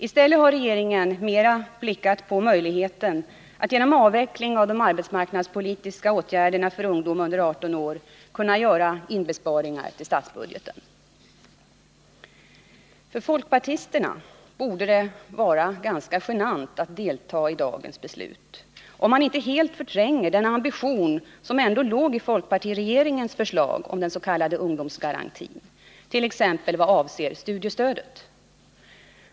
I stället har regeringen mer blickat på möjligheten att genom avveckling av de arbetsmarknadspolitiska åtgärderna för ungdom under 18 år kunna göra inbesparingar i statsbudgeten. För folkpartisterna borde det vara ganska genant att delta i dagens beslut om man inte helt förtränger den ambition som ändå låg i folkpartiregeringens förslag om den s.k. ungdomsgarantin t.ex. vad avser studiestödet.